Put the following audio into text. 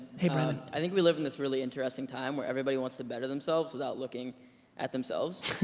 hey brennan. i think we live in this really interesting time where everybody wants to better themselves without looking at themselves.